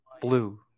blue